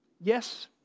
Yes